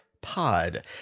pod